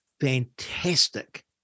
fantastic